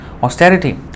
Austerity